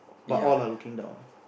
but all are looking down